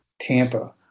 Tampa